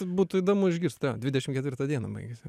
būtų įdomu išgirst jo dvidešim ketvirtą dieną baigėsi